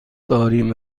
داریم